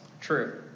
True